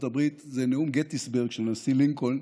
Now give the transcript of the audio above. הברית זה נאום גטיסברג של הנשיא לינקולן.